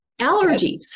Allergies